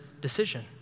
decision